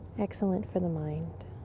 excellent for the mind.